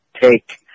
take